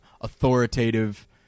authoritative